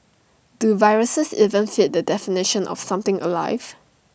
do viruses even fit the definition of something alive